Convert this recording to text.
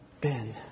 Ben